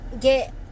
get